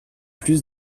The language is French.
plus